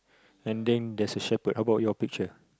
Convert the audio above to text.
and then there's a Shepard how about your picture